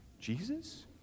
Jesus